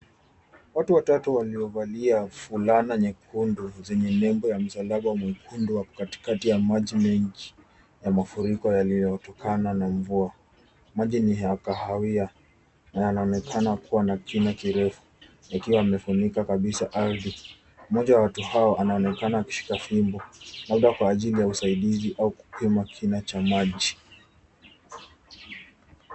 Watu watatu waliovalia fulana nyekundu zenye nembo ya msalaba mwekundu wako katikati ya maji mengi ya mafuriko yaliyotokana na mvua. Maji ni ya kahawia na yanaonekana kuwa na kina kirefu yakiwa yamefunika kabisa ardhi. Mmoja wa watu hao anaonekana akishika fimbo labda kwa ajili ya usaidizi au kupima kina cha maji.